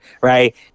Right